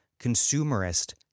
consumerist